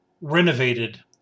renovated